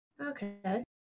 okay